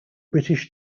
british